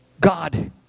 God